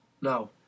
No